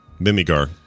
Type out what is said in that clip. Mimigar